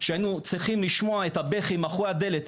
שהיינו צריכים לשמוע את הבכי מאחורי הדלת